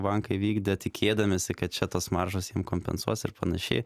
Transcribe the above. bankai vykdė tikėdamiesi kad čia tos maržos jiem kompensuos ir panašiai